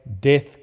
death